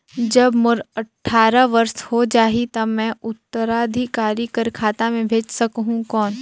जब मोर अट्ठारह वर्ष हो जाहि ता मैं उत्तराधिकारी कर खाता मे भेज सकहुं कौन?